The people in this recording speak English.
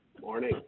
Morning